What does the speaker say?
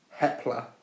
Hepler